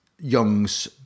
Young's